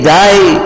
die